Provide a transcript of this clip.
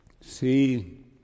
See